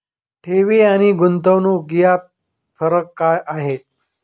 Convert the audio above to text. ठेवी आणि गुंतवणूक यात फरक काय आहे?